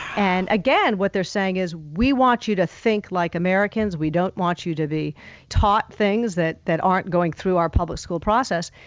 and again, what they're saying is we want you to think like americans. we don't want you to be taught things that that aren't going through our public school process.